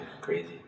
crazy